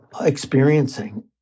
experiencing